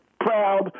proud